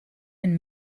and